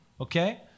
Okay